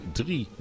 drie